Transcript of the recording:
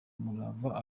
umurava